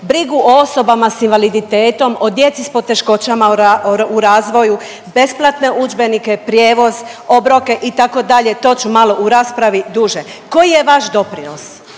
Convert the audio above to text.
brigu o osobama s invaliditetom, o djeci s poteškoćama u razvoju, besplatne udžbenike, prijevoz, obroke itd. to ću malo u raspravi duže. Koji je vaš doprinos?